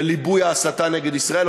וליבוי ההסתה נגד ישראל,